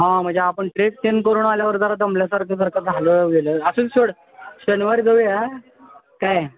हां म्हणजे आपण ट्रेक चेंज करून आल्यावर जरा दमल्यासारखं सारखं झालं गेलं असूदे सोड शनिवारी जाऊया काय